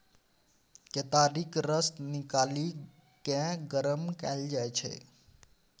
केतारीक रस निकालि केँ गरम कएल जाइ छै